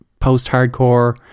post-hardcore